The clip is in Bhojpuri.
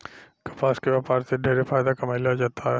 कपास के व्यापार से ढेरे फायदा कमाईल जातावे